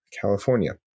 california